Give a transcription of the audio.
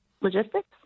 logistics